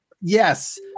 Yes